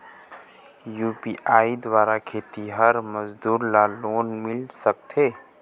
UPI द्वारा खेतीहर मजदूर ला लोन मिल सकथे?